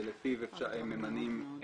אם באמת היינו בוויכוחים על השולחן,